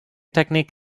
technique